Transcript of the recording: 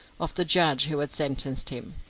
of the judge who had sentenced him,